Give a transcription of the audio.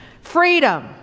freedom